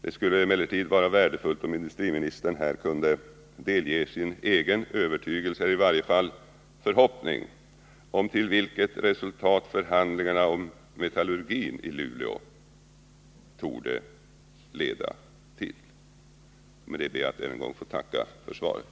Det skulle emellertid vara värdefullt om industriministern här kunde delge oss sin egen övertygelse eller i varje fall förhoppning om vilket resultat förhandlingarna inom metallurgin i Luleå kommer att leda till. Med det ber jag än en gång att få tacka för svaret.